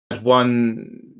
One